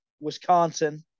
Wisconsin